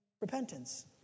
repentance